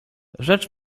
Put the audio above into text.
rzecz